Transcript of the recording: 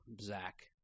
Zach—